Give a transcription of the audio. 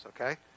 okay